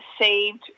saved